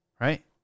right